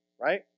Right